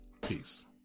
peace